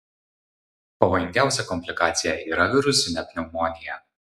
pavojingiausia komplikacija yra virusinė pneumonija